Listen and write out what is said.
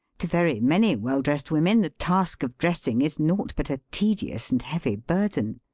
to very many well-dressed women the task of dress ing is naught but a tedious and heavy burden.